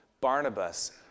Barnabas